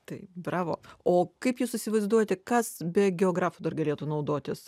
tai bravo o kaip jūs įsivaizduojate kas be geografų dar galėtų naudotis